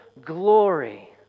glory